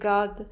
God